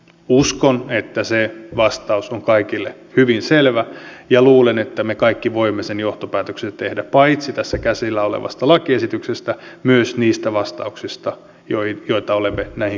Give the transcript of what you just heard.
uskon että se vastaus on kaikille hyvin selvä ja luulen että me kaikki voimme sen johtopäätöksen tehdä paitsi tässä käsillä olevasta lakiesityksestä myös niistä vastauksista joita olemme näihin kyselyihin saaneet